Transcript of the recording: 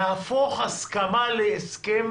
להפוך הסכמה להסכם